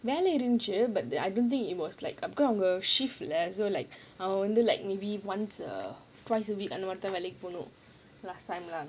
வேல இருந்துச்சு:vela irunthuchu but the I don't think it was like err shift அவன் வந்து:avan vandhu like maybe once err twice a week and வேலைக்கு போகணும்:velaikku poganum last time lah